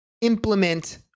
implement